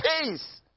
peace